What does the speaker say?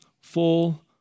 full